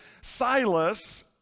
Silas